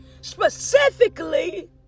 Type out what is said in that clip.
Specifically